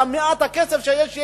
את מעט הכסף שיש,